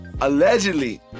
Allegedly